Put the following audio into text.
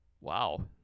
Wow